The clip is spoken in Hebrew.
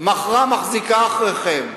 מחרה מחזיקה אחריכם.